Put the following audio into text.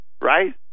Right